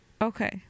Okay